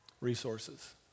resources